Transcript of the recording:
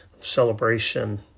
celebration